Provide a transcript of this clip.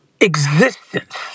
existence